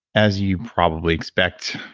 as you probably expect,